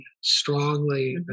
strongly